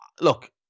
Look